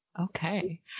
Okay